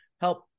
help